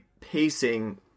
pacing